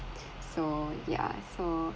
so yeah so